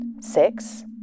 six